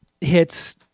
hits